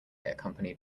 accompanied